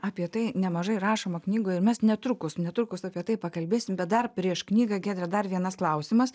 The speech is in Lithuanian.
apie tai nemažai rašoma knygoje ir mes netrukus netrukus apie tai pakalbėsim bet dar prieš knygą giedre dar vienas klausimas